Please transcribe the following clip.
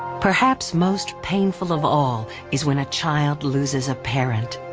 perhaps most painful of all is when a child loses a parent.